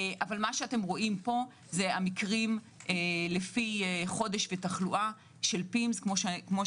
פה אתם רואים את המקרים לפי חודש ותחלואה של PIMS. כאמור